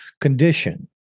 condition